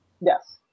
Yes